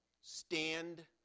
stand